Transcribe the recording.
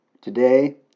Today